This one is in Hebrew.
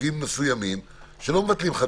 בחוגים מסוימים שלא מבטלים חתונות,